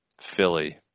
Philly